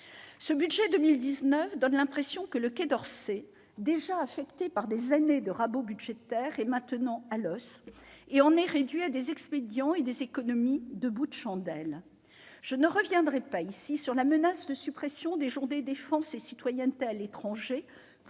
Ce budget pour 2019 donne l'impression que le Quai d'Orsay, déjà affecté par des années de rabot budgétaire, est maintenant à l'os et en est réduit à des expédients et à des économies « de bouts de chandelles ». Je ne reviendrai pas ici sur la menace de suppression des journées défense et citoyenneté à l'étranger,